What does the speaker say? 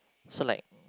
so like